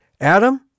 Adam